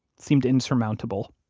seemed insurmountable.